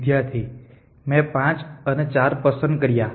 વિદ્યાર્થી મેં 5 અને 4 પસંદ કર્યા